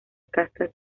castas